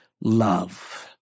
love